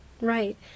Right